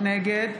נגד